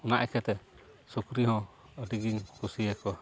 ᱚᱱᱟ ᱤᱭᱟᱹᱛᱮ ᱥᱩᱠᱨᱤ ᱦᱚᱸ ᱟᱹᱰᱤ ᱜᱤᱧ ᱠᱩᱥᱤ ᱟᱠᱚᱣᱟ